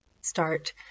start